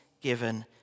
given